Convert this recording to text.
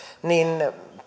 niin